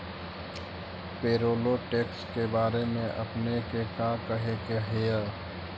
Payroll tax के बारे में आपने के का कहे के हेअ?